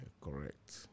correct